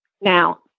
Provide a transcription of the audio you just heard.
now